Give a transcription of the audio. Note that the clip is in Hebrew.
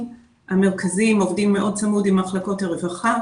המרכזים עובדים צמוד מאוד עם מחלקות הרווחה.